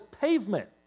pavement